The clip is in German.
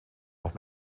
auch